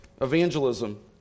evangelism